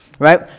right